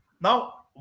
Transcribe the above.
Now